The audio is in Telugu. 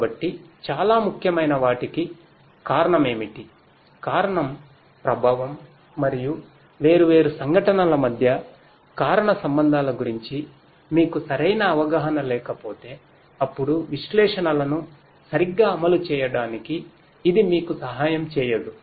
కాబట్టి చాలా ముఖ్యమైన వాటికి కారణమేమిటి కారణం ప్రభావం మరియు వేర్వేరు సంఘటనల మధ్య కారణ సంబంధాల గురించి మీకు సరైన అవగాహన లేకపోతే అప్పుడు విశ్లేషణలను సరిగ్గా అమలు చేయడానికి ఇది మీకు సహాయం చేయదు